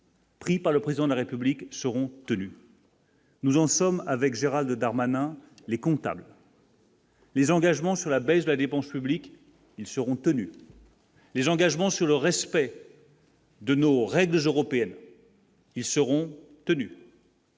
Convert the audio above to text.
Pris par le président de la République seront tenus. Nous en sommes avec Gérald Darmanin les comptables. Les engagements sur la baisse de la dépense publique, ils seront tenus. Les engagements sur le respect. De nos règles européennes, ils seront tenus.